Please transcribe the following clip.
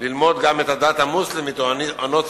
ללמוד גם את הדת המוסלמית או הנוצרית,